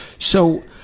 so,